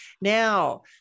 Now